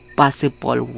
possible